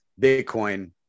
bitcoin